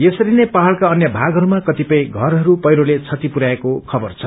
यसरी नै पहाड़का अन्य भागहरूमा कतिपय घरहरू पहिरोले क्षति पुरवाएको खबर छ